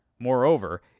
Moreover